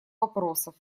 вопросов